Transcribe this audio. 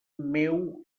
meu